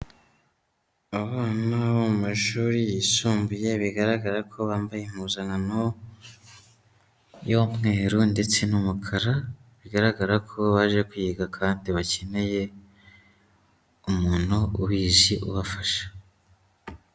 Abana bo mu mashuri yisumbuye, bigaragara ko bambaye impuzankano y'umweru ndetse n'umukara, bigaragara ko baje kwiga kandi bakeneye umuntu ubizi ubafasha.